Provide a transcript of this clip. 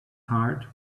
heart